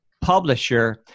publisher